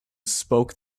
spoke